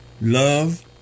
love